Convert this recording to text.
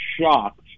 shocked